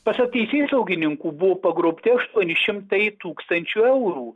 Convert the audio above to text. pasak teisėsaugininkų buvo pagrobti aštuoni šimtai tūkstančių eurų